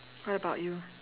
what about you